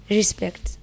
respect